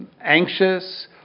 anxious